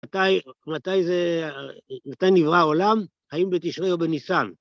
מתי, מתי זה, מתי נברא העולם, האם בתשרי או בניסן?